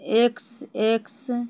X X